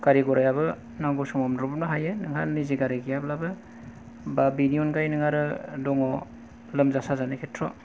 गारि घरायाबो नांगौ समाव मोनब्रबनो हायो नोंहा निजि गारि गैयाब्लाबो बा बेनि अनगायै नों आरो दङ लोमजा साजानाय खेत्र'